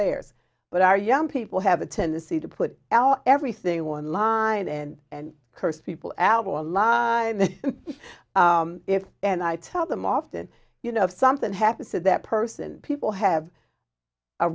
theirs but our young people have a tendency to put our everything online and and curse people at our law if and i tell them often you know if something happens to that person people have a